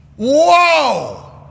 Whoa